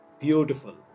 Beautiful